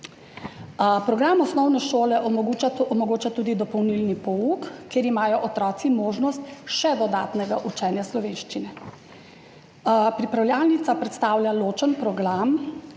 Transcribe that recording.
Program osnovne šole omogoča tudi dopolnilni pouk, kjer imajo otroci možnost še dodatnega učenja slovenščine. Pripravljalnica predstavlja ločen program,